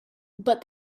but